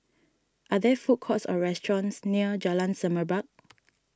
are there food courts or restaurants near Jalan Semerbak